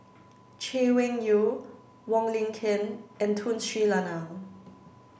Chay Weng Yew Wong Lin Ken and Tun Sri Lanang